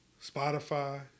Spotify